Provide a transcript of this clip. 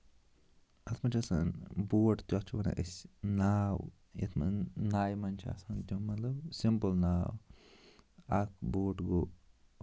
اَتھ منٛز چھِ آسان بوٹ تَتھ چھُ وَنان أسۍ ناو یَتھ منٛز ناوِ منٛز چھِ آسان تَمیُک مطلب سِمپٕل ناو اکھ بوٹ گوٚو